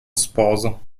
sposo